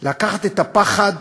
לקחת את הפחד,